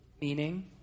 meaning